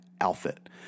outfit